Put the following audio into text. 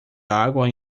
água